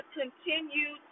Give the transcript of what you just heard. continue